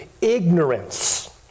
ignorance